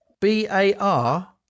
b-a-r